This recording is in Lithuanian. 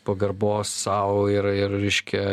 pagarbos sau ir ir reiškia